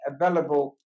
available